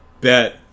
bet